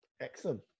Excellent